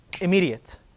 immediate